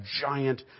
giant